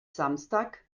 samstag